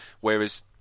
whereas